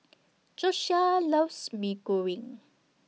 Josiah loves Mee Goreng